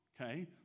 Okay